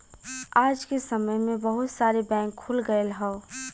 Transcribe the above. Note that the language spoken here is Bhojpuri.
आज के समय में बहुत सारे बैंक खुल गयल हौ